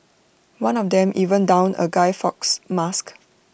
one of them even donned A guy Fawkes mask